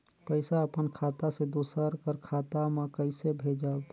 पइसा अपन खाता से दूसर कर खाता म कइसे भेजब?